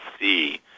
see